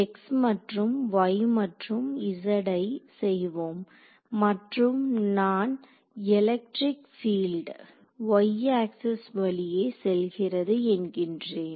x மற்றும் y மற்றும் z ஐ செய்வோம் மற்றும் நான் எலக்ட்ரிக் பில்ட் y ஆக்சிஸ் வழியே செல்கிறது என்கின்றேன்